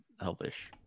Elvish